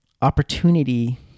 opportunity